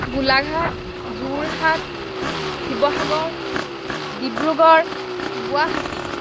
Golaghat Jorhat Sivasagar Dibrugarh Guwahati